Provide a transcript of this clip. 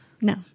No